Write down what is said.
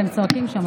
אבל הם צועקים שם,